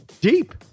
deep